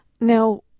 Now